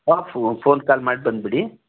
ಹಾಂ phone call ಮಾಡಿ ಬಂದುಬಿಡಿ